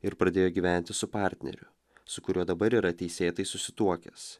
ir pradėjo gyventi su partneriu su kuriuo dabar yra teisėtai susituokęs